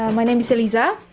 um my name is eliza.